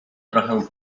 trochę